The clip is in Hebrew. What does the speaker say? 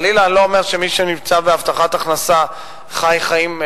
חלילה אני לא אומר שמי שמקבל הבטחת הכנסה חי חיים סבירים.